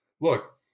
look